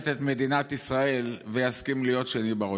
את מדינת ישראל ויסכים להיות שני ברוטציה.